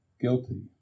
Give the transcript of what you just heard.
guilty